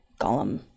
Gollum